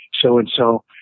so-and-so